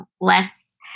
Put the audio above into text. less